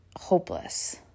hopeless